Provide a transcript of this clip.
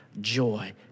joy